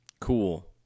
Cool